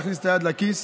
להכניס את היד לכיס